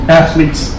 athletes